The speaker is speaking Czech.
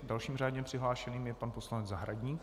Dalším řádně přihlášeným je pan poslanec Zahradník.